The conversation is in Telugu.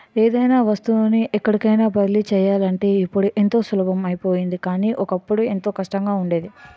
ఏదైనా వస్తువుని ఎక్కడికైన బదిలీ చెయ్యాలంటే ఇప్పుడు ఎంతో సులభం అయిపోయింది కానీ, ఒకప్పుడు ఎంతో కష్టంగా ఉండేది